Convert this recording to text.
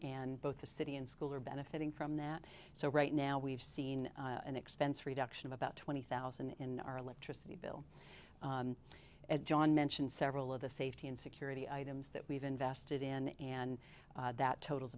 and both the city and school are benefiting from that so right now we've seen an expense reduction of about twenty thousand in our electricity bill as john mentioned several of the safety and security items that we've invested in and that total